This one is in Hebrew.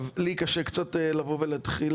לי קשה קצת לבוא ולהתחיל